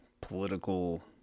political